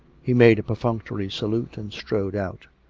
he made a perfunctory salute and strode out.